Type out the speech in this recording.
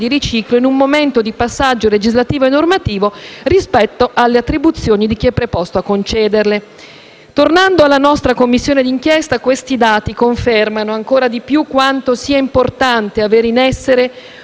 di riciclo in un momento di passaggio legislativo e normativo rispetto alle attribuzioni di chi è preposto a concederle. Tornando alla nostra Commissione d'inchiesta, questi dati confermano ancora di più quanto sia importante averne in essere